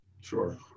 Sure